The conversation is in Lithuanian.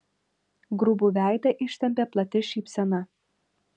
grubų veidą ištempė plati šypsena